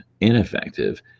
ineffective